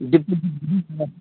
ꯗꯤꯃꯣꯖꯤꯠꯀꯤꯗꯤ